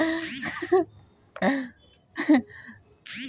জৈব চাসের ফসল মেলা রকমেরই হ্যতে পারে, চাল, ডাল ইত্যাদি